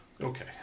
Okay